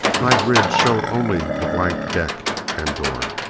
my grid showed only the blank deck and door.